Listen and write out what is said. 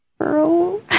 Girl